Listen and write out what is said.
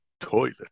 toilet